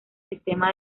sistema